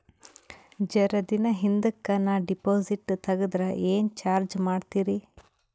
ಜರ ದಿನ ಹಿಂದಕ ನಾ ಡಿಪಾಜಿಟ್ ತಗದ್ರ ಏನ ಚಾರ್ಜ ಮಾಡ್ತೀರಿ?